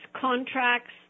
contracts